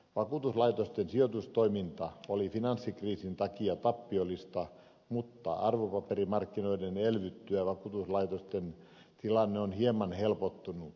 vakuutuslaitosten sijoitustoiminta oli finanssikriisin takia tappiollista mutta arvopaperimarkkinoiden elvyttyä vakuutuslaitosten tilanne on hieman helpottunut